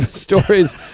stories